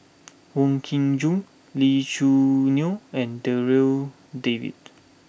Wong Kin Jong Lee Choo Neo and Darryl David